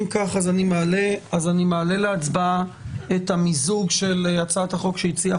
אם כך אני מעלה להצבעה את המיזוג של הצעת החוק שהציעה